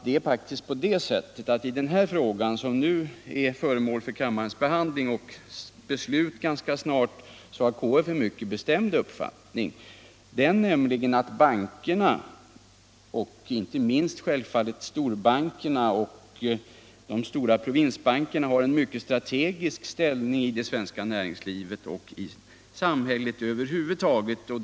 Det är faktiskt så, att i den fråga som nu är föremål för kammarens behandling - och beslut ganska snart — har KF en alldeles bestämd uppfattning, nämligen att bankerna och självfallet inte minst storbankerna och de stora provinsbankerna, har en mycket strategisk ställning i det svenska näringslivet och i samhället över huvud taget.